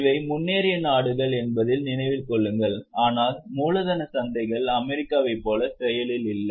இவை முன்னேறிய நாடுகள் என்பதை நினைவில் கொள்ளுங்கள் ஆனால் மூலதனச் சந்தைகள் அமெரிக்காவைப் போல செயலில் இல்லை